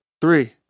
three